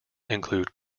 include